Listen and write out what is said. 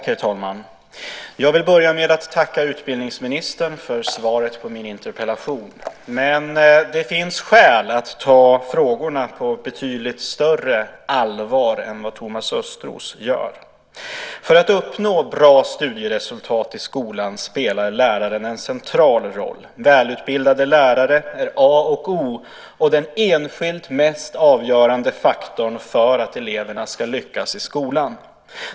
Herr talman! Jag vill börja med att tacka utbildningsministern för svaret på min interpellation. Men det finns skäl att ta frågorna på betydligt större allvar än vad Thomas Östros gör. För att uppnå bra studieresultat i skolan spelar läraren en central roll. Välutbildade lärare är A och O och den enskilt mest avgörande faktorn för att eleverna ska lyckas i skolan.